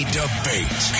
debate